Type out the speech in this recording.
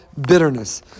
bitterness